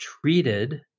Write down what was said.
treated